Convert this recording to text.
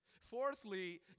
Fourthly